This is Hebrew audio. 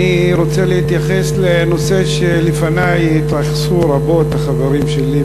אני רוצה להתייחס לנושא שלפני התייחסו אליו רבות החברים שלי,